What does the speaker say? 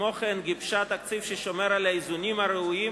וכמו כן גיבשה תקציב ששומר על האיזונים הראויים